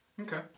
Okay